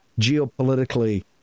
geopolitically